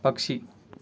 పక్షి